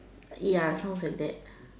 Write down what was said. ya sounds like that